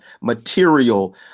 material